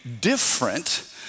different